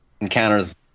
encounters